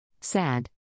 Sad